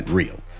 real